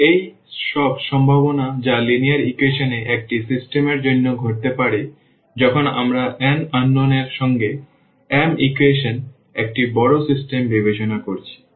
এবং এই সব সম্ভাবনা যা লিনিয়ার ইকুয়েশন এ একটি সিস্টেম এর জন্য ঘটতে পারে যখন আমরা n অজানা এর সঙ্গে m ইকুয়েশন একটি বড় সিস্টেম বিবেচনা করেছি